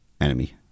enemy